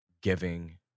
Giving